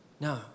No